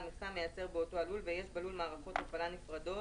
מכסה המייצר באותו הלול ויש בלול מערכות הפעלה הנפרדות